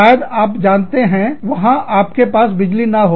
शायद आप जानते हैं वहां आपके पास बिजली ना हो